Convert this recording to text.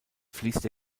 fließt